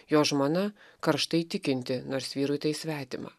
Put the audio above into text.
jo žmona karštai tikinti nors vyrui tai svetima